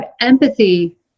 empathy